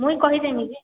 ମୁଇଁ କହିଦେମି ଯେ